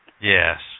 Yes